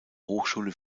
hochschule